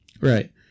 Right